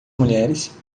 mulheres